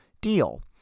deal